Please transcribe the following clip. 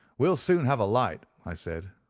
we'll soon have a light i said,